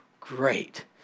great